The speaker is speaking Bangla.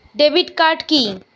ডেবিট কার্ড কি?